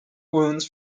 wounds